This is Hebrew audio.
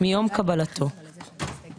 נניח אתה שואל מה הסטטוס